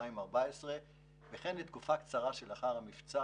2014 וכן לתקופה קצרה שלאחר המבצע,